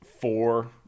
four